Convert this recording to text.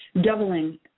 doubling